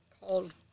called